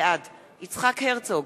בעד יצחק הרצוג,